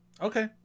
Okay